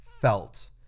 felt